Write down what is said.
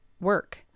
work